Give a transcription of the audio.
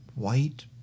white